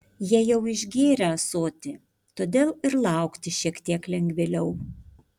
jie jau išgėrę ąsotį todėl ir laukti šiek tiek lengvėliau